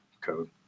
code